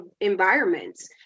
environments